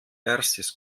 erstis